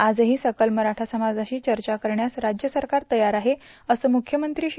आजही सकल मराठा समाजाशी चर्चा करण्यास राज्य सरकार तयार आहे असं मुख्यमंत्री श्री